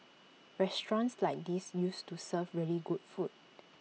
restaurants like these used to serve really good food